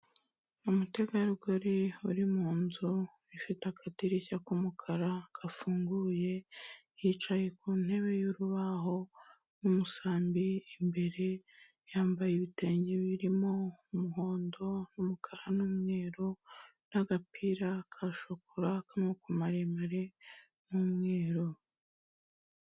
Umutegarugori uri mu nzu, bifite akadirishya k'umukara, gafunguye, yicaye ku ntebe y'urubaho, n'umusambi imbere, yambaye ibitenge birimo umuhondo, n'umukara n'umweru n'agapira ka shokora k'amaboko maremare n'umweru.